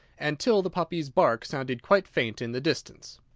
and till the puppy's bark sounded quite faint in the distance.